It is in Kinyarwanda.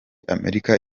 amerika